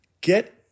get